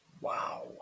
Wow